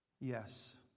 Yes